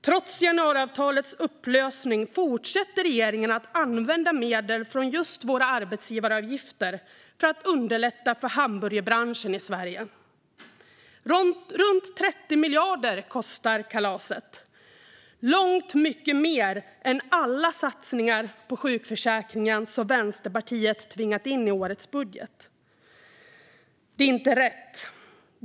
Trots januariavtalets upplösning fortsätter regeringen att använda medel från våra arbetsgivaravgifter för att underlätta för hamburgerbranschen i Sverige. Runt 30 miljarder kostar kalaset - långt mycket mer än alla de satsningar på sjukförsäkringen som Vänsterpartiet tvingat in i årets budget. Det är inte rätt.